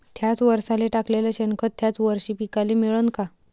थ्याच वरसाले टाकलेलं शेनखत थ्याच वरशी पिकाले मिळन का?